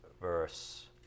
verse